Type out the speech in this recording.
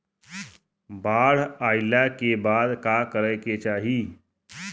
बाढ़ आइला के बाद का करे के चाही?